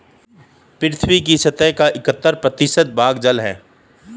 पृथ्वी की सतह का इकहत्तर प्रतिशत भाग जल है